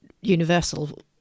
universal